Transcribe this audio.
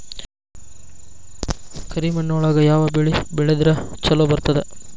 ಕರಿಮಣ್ಣೊಳಗ ಯಾವ ಬೆಳಿ ಬೆಳದ್ರ ಛಲೋ ಬರ್ತದ?